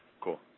cool